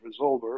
resolver